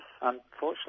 Unfortunately